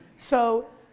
so